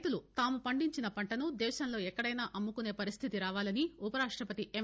రైతులు తాము పండించిన పంటను దేశంలో ఎక్కడైనా అమ్ముకునే పరిస్థితి రావాలని ఉపరాష్టపతి ఎం